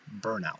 burnout